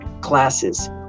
classes